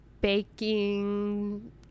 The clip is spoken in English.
baking